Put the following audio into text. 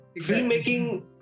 Filmmaking